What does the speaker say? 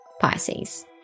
Pisces